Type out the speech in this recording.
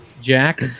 Jack